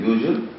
Usual